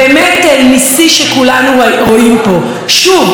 שכולנו רואים פה וממשיכים לראות,